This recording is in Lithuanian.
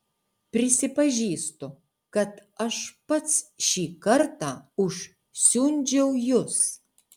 prisipažįstu kad aš pats šį kartą užsiundžiau jus